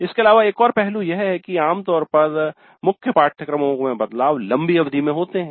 इसके अलावा एक और पहलू यह है कि आम तौर पर मुख्य पाठ्यक्रमों में बदलाव लंबी अवधि में होते हैं